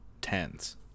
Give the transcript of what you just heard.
tens